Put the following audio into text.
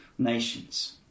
nations